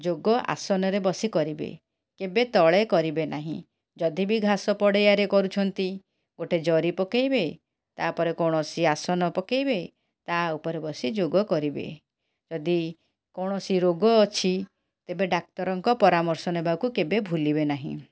ଯୋଗ ଆସନରେ ବସି କରିବେ କେବେ ତଳେ କରିବେ ନାହିଁ ଯଦି ବି ଘାସ ପଡ଼ିଆରେ କରୁଛନ୍ତି ଗୋଟେ ଜରି ପକାଇବେ ତାପରେ କୌଣସି ଆସନ ପକାଇବେ ତା ଉପରେ ବସି ଯୋଗ କରିବେ ଯଦି କୌଣସି ରୋଗ ଅଛି ତେବେ ଡାକ୍ତରଙ୍କ ପରାମର୍ଶ ନେବାକୁ କେବେ ଭୁଲିବେ ନାହିଁ